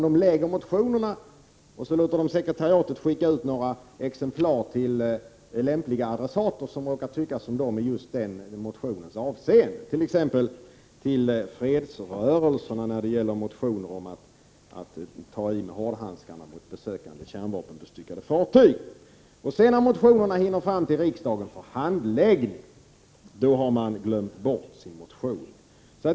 De väcker motionerna och låter sekretariatet skicka ut några exemplar till lämpliga adressater som råkar tycka som de i just det avseendet, t.ex. till fredsrörelserna när det gäller motioner om att ta i med hårdhandskarna mot besökande kärnvapenbestyckade fartyg. När motionerna sedan kommer till riksdagens handläggning har motionärerna glömt bort sina motioner.